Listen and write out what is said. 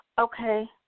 Okay